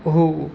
हो